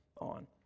on